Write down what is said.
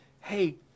hey